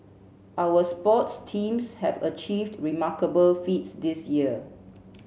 our sports teams have achieved remarkable feats this year